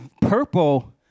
purple